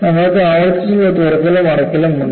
നമ്മൾക്ക് ആവർത്തിച്ചുള്ള തുറക്കലും അടയ്ക്കലും ഉണ്ട്